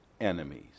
enemies